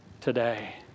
today